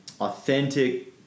authentic